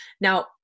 Now